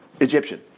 Egyptian